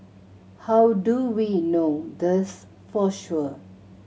how do we know this for sure